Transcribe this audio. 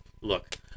look